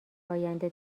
آینده